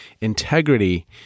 integrity